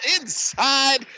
inside